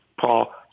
Paul